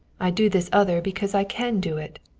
i do this other because i can do it.